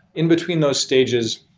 in between those stages,